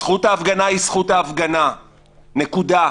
זכות ההפגנה היא זכות ההפגנה, נקודה.